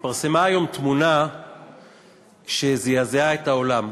התפרסמה היום תמונה שזעזעה את העולם.